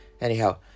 anyhow